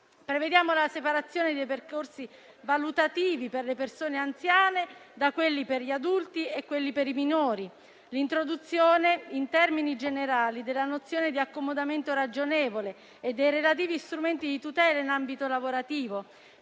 prevediamo la separazione dei percorsi valutativi per le persone anziane da quelli per gli adulti e per i minori; l'introduzione in termini generali della nozione di accomodamento ragionevole e dei relativi strumenti di tutela in ambito lavorativo,